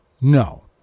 no